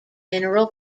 mineral